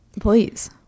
please